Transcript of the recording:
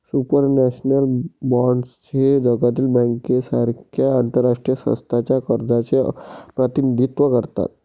supranational bonds हे जागतिक बँकेसारख्या आंतरराष्ट्रीय संस्थांच्या कर्जाचे प्रतिनिधित्व करतात